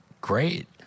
great